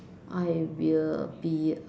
I will be